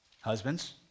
husbands